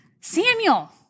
Samuel